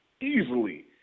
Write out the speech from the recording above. easily